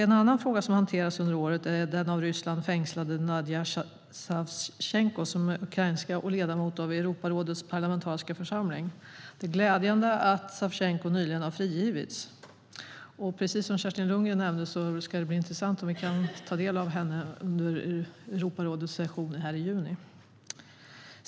En fråga som har hanterats under året gäller den av Ryssland fängslade Nadija Savtjenko, som är ukrainska och ledamot av Europarådets parlamentariska församling. Det är glädjande att Savtjenko nyligen har frigivits. Precis som Kerstin Lundgren nämnde ska det bli intressant att se om vi får ta del av vad hon har att säga under Europarådets session nu i juni.